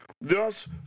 Thus